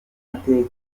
afite